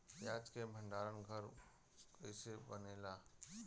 प्याज के भंडार घर कईसे बनेला?